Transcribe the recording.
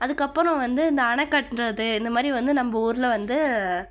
அதுக்கப்புறம் வந்து இந்த அணை கட்டுறது இந்தமாதிரி வந்து நம்ம ஊரில் வந்து